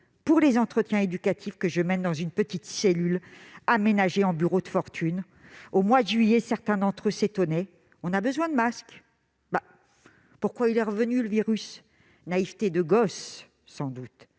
pour les entretiens éducatifs que je mène dans une petite cellule aménagée en bureau de fortune. « Au mois de juillet, certains d'entre eux s'étonnaient :" On a besoin d'un masque ? Pourquoi, il est revenu le virus ?" Naïveté de gosse. Parce que,